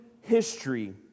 history